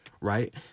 Right